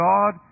God